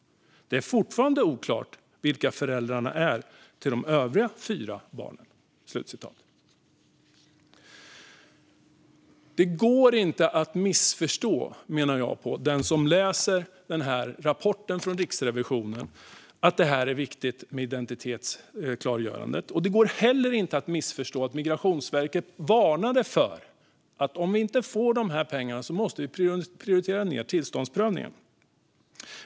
Det är fortfarande oklart vilka föräldrarna till de övriga fyra barnen är." Att identitetsklargörandet är viktigt kan inte missförstås av den som läser den här rapporten från Riksrevisionen. Det går heller inte att missförstå att Migrationsverket varnade för att de måste prioritera ned tillståndsprövningen om de inte får de här pengarna.